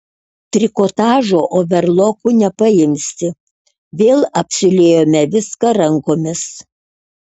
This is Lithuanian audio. trikotažo overloku nepaimsi vėl apsiūlėjome viską rankomis